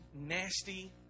nasty